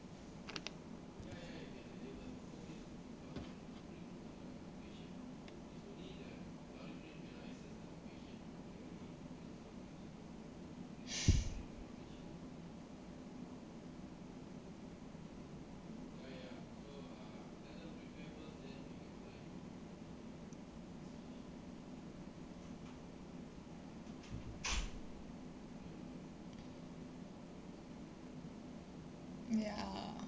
ya